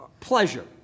pleasure